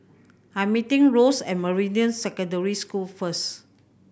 I meeting Ross at Meridian Secondary School first